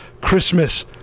Christmas